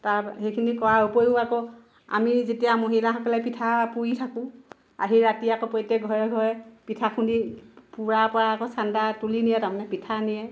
তাৰ সেইখিনি কৰা উপৰিও আকৌ আমি যেতিয়া মহিলাসকলে পিঠা পুৰি থাকোঁ আহি ৰাতি আকৌ প্ৰত্যেক ঘৰে ঘৰে পিঠা খুন্দি পুৰাৰ পৰা আকৌ চান্দা তুলি নিয়ে তাৰমানে পিঠা নিয়ে